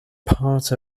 part